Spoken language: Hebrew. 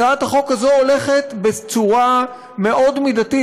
הצעת החוק הזו הולכת בצורה מאוד מידתית,